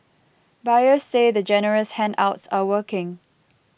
buyers say the generous handouts are working